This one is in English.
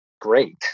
great